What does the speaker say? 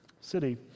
City